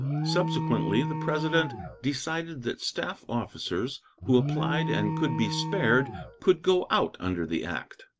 subsequently the president decided that staff officers who applied and could be spared could go out under the act.